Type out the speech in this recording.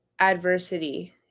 adversity